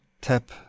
tap